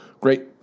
great